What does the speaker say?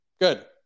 Good